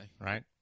Right